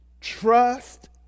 Trust